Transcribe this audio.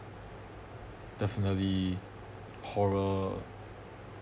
definitely horror